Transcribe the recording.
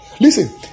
Listen